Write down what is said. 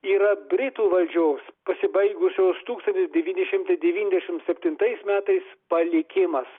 yra britų valdžios pasibaigusios tūkstantis devyni šimtai devyndešim septintais metais palikimas